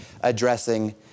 addressing